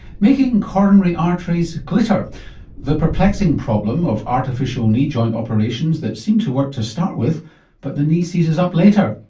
making coronary arteries glitter and the perplexing problem of artificial knee joint operations that seem to work to start with but the knee seizes up later.